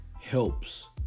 helps